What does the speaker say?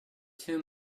two